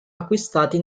acquistati